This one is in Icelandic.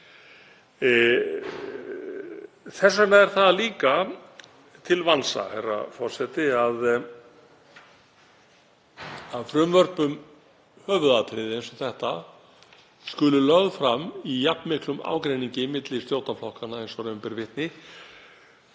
Þess vegna er það líka til vansa, herra forseti, að frumvörp um höfuðatriði eins og þetta skuli lögð fram í jafn miklum ágreiningi milli stjórnarflokkanna og raun ber vitni.